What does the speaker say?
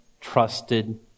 trusted